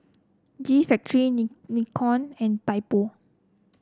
G Factory Ni Nixon and Typo